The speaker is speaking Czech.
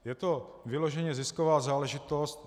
Je to vyloženě zisková záležitost.